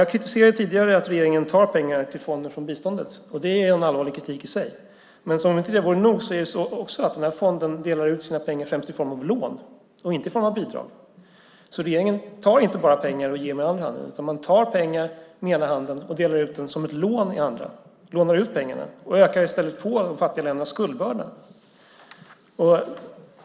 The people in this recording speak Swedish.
Jag kritiserade tidigare att regeringen tar pengar till fonden från biståndet. Det är en allvarlig kritik i sig, men som om inte det vore nog är det också så att fonden delar ut pengar främst i form av lån och inte i form av bidrag. Regeringen tar alltså inte bara pengar och ger med den andra handen, utan man tar pengar med ena handen och delar ut dem som ett lån med den andra. Man lånar ut pengar och ökar därmed de fattiga ländernas skuldbörda.